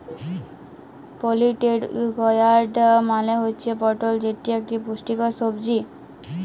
পলিটেড gourd মালে হুচ্যে পটল যেটি ইকটি পুষ্টিকর সবজি